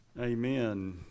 amen